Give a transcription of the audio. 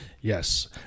Yes